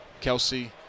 Kelsey